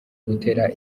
gutera